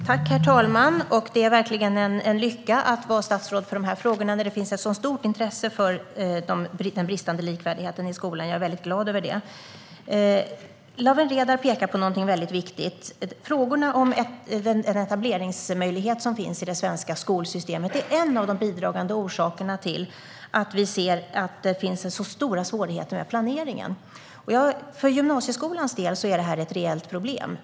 Herr talman! Det är verkligen en lycka att vara statsråd för dessa frågor när det finns ett så stort intresse för den bristande likvärdigheten i skolan - jag är väldigt glad över det. Lawen Redar pekar på någonting väldigt viktigt. Den etableringsmöjlighet som finns i det svenska skolsystemet är en av de bidragande orsakerna till att vi ser att det finns stora svårigheter med planeringen. För gymnasieskolans del är det ett reellt problem.